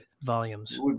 volumes